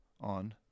On